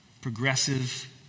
progressive